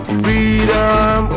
freedom